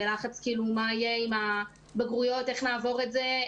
בלחץ מה יהיה עם הבגרויות, איך נעבור את זה.